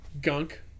gunk